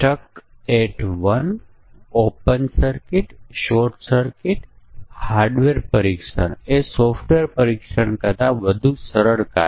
તેથી એકવાર આપણી એ પાસે આવી જાય પછી નિર્ણય કોષ્ટક વિકસાવવા તે સરળ છે